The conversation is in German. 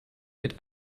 mit